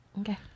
Okay